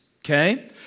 Okay